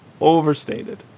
overstated